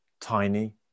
tiny